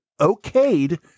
okayed